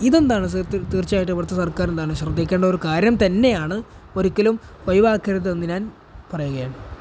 ഇതെന്താണ് തീർച്ചയായിട്ടും ഇവിടുത്തെ സർക്കാർ എന്താണ് ശ്രദ്ധിക്കേണ്ട ഒരു കാര്യം തന്നെയാണ് ഒരിക്കലും ഒഴിവാക്കരുതെന്ന് ഞാൻ പറയുകയാണ്